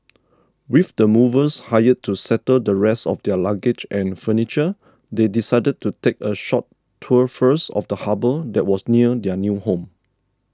with the movers hired to settle the rest of their luggage and furniture they decided to take a short tour first of the harbour that was near their new home